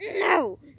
No